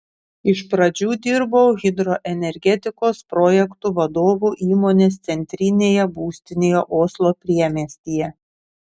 iš pradžių dirbau hidroenergetikos projektų vadovu įmonės centrinėje būstinėje oslo priemiestyje